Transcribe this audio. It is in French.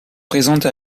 présentes